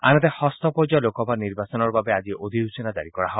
আনহাতে যষ্ঠ পৰ্যায়ৰ লোকসভা নিৰ্বাচনৰ বাবে আজি অধিসূচনা জাৰি কৰা হয়